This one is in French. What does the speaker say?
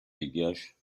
dégage